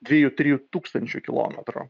trijų trijų tūkstančių kilometro